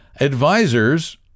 advisors